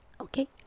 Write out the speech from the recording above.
okay